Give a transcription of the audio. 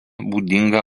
būdinga